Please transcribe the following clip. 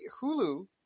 hulu